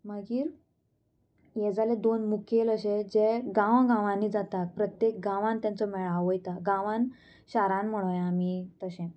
मागीर हे जाले दोन मुखेल अशे जे गांवां गांवांनी जाता प्रत्येक गांवान तेंचो मेळावयता गांवान शारान म्हणोया आमी तशें